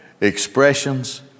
expressions